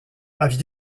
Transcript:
avis